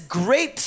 great